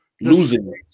losing